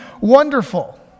wonderful